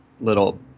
little